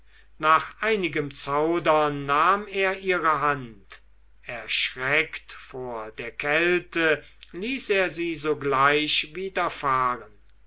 nach einigem zaudern nahm er ihre hand erschreckt von der kälte ließ er sie sogleich